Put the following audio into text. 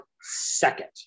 second